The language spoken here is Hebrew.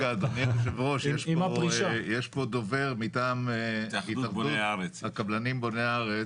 אדוני היו"ר יש פה דובר מטעם התאחדות בוני הארץ